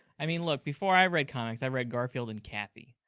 i mean, look, before i read comics i read garfield and cathy.